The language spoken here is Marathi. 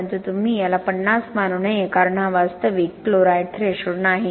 परंतु तुम्ही याला 50 मानू नये कारण हा वास्तविक क्लोराईड थ्रेशोल्ड नाही